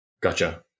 Gotcha